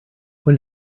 when